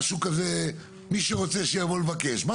שאנחנו נבקש ממשרד האוצר זה קודם כל להציג את תהליך ההסמכה הנהוג היום,